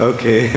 Okay